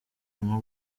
nko